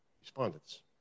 respondents